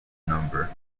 number